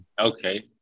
Okay